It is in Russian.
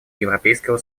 европейского